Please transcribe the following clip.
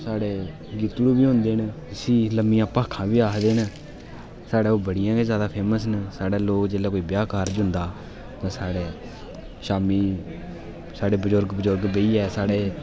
साढ़े गीतड़ू बी होंदे न जिसी लम्मियां भाखां बी आखदे न साढ़े ओह् बड़ियां गै जादै फेमस न साढ़े जेल्लै कोई ब्याह् कारज़ होंदा ऐ ते साढ़े शामीं साढ़े बजुर्ग बजुर्ग बेहियै साढ़े